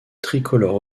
tricolore